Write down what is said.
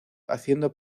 haciendo